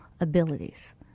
abilities